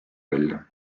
välja